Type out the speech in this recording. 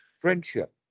friendship